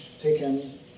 taken